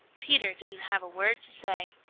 peter didn't have a word to say.